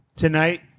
Tonight